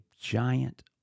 giant